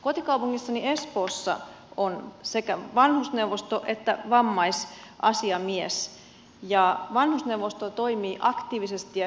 kotikaupungissani espoossa on sekä vanhusneuvosto että vammaisasiamies ja vanhusneuvosto toimii aktiivisesti ja hyvin